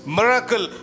miracle